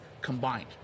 combined